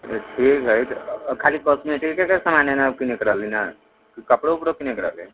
ठीक हइ तऽ खाली कॉस्मेटिकेके सामान हइ ने किनैके रहलै ने कि कपड़ो उपड़ो किनैके रहलै